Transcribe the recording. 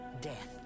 Death